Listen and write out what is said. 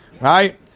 right